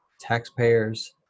taxpayers